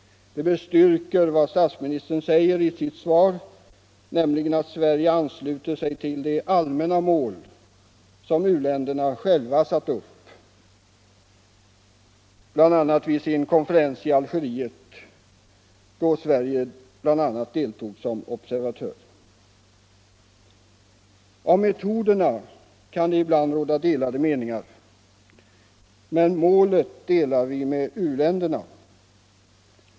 Det bestyrker vad statsministern säger i sitt interpellationssvar, nämligen att Sverige ansluter sig till de allmänna mål som u-länderna själva satt upp, bl.a. vid sin konferens i Algeriet, då Sverige deltog som observatör. Om metoderna kan det ibland råda delade meningar, men uppfattningen om målet delar vi med u-länderna.